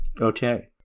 Okay